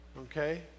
okay